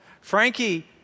Frankie